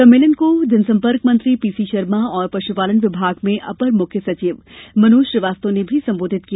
सम्मेलन को जनसंपर्क मंत्री पीसी शर्मा और पश्पालन विभाग में अपर मुख्य सचिव मनोज श्रीवास्तव ने भी संबोधित किया